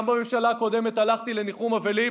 גם בממשלה הקודמת הלכתי לניחום אבלים,